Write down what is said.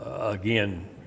again